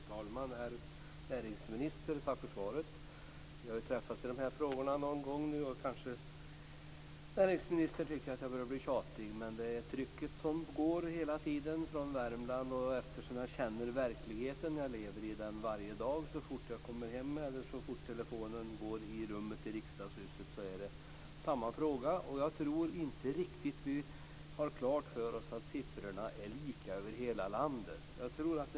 Fru talman och herr näringsminister! Tack för svaret. Vi har träffats tidigare i dessa frågor, och näringsministern kanske tycker att jag börjar bli tjatig. Men trycket finns hela tiden i Värmland. Jag känner verkligheten i och med att jag lever i den dagligen. Så fort jag kommer hem eller när telefonen ringer i mitt rum i riksdagshuset så får jag ta itu med samma fråga. Jag tror inte riktigt att vi har klart för oss att siffrorna är lika över hela landet.